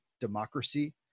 democracy